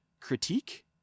critique